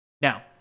Now